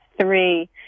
three